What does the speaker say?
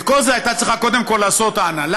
את כל זה הייתה צריכה קודם כול לעשות ההנהלה,